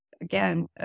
again